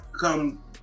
come